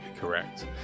correct